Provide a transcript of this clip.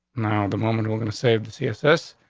now, the moment we're gonna save the css,